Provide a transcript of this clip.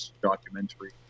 documentary